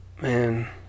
Man